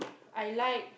I like